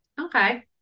okay